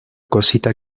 cosita